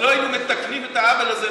לא היינו מתקנים את העוול הזה,